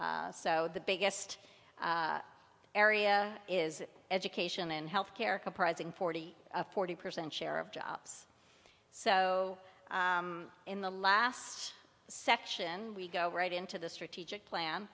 so the biggest area is education and health care comprising forty forty percent share of jobs so in the last section we go right into the strategic plan